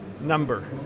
number